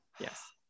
Yes